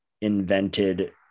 invented